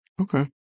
Okay